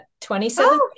27